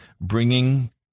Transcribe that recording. bringing